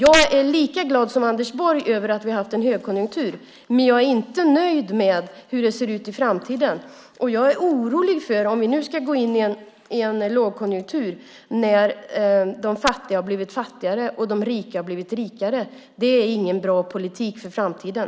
Jag är lika glad som Anders Borg över att vi har haft en högkonjunktur. Men jag är inte nöjd med hur det ser ut inför framtiden. Jag är orolig för att vi nu ska gå in i en lågkonjunktur när de fattiga har blivit fattigare och de rika har blivit rikare. Det är ingen bra politik för framtiden.